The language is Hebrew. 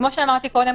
כמו שאמרתי קודם,